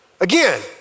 Again